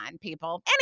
people